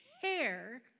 care